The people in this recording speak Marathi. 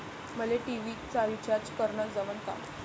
मले टी.व्ही चा रिचार्ज करन जमन का?